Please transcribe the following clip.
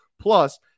plus